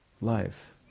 life